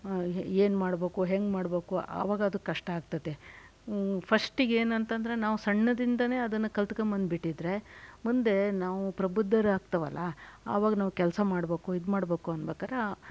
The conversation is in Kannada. ಏನು ಮಾಡಬೇಕು ಹೆಂಗೆ ಮಾಡಬೇಕು ಆವಾಗ ಅದು ಕಷ್ಟ ಆಗ್ತದೆ ಫ಼ಷ್ಟಿಗೆ ಏನು ಅಂತಂದರೆ ನಾವು ಸಣ್ಣದಿಂದನೇ ಅದನ್ನು ಕಲ್ತ್ಕೊಂಬಂದ್ಬಿಟ್ಟಿದ್ರೆ ಮುಂದೆ ನಾವು ಪ್ರಭುದ್ದರಾಗ್ತೀವಲ್ಲ ಆವಾಗ ನಾವು ಕೆಲಸ ಮಾಡಬೇಕು ಇದು ಮಾಡಬೇಕು ಅನ್ಬೇಕಾದ್ರೆ